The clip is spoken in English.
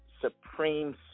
Supreme